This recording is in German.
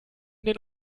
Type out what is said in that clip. den